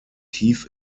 tief